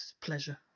pleasure